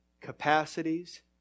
capacities